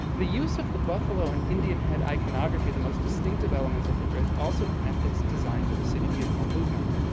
the use of the buffalo and indian head iconography, the most distinctive elements of the bridge, also connect it's design to the city beautiful movement.